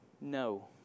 No